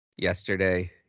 yesterday